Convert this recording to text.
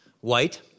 White